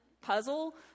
puzzle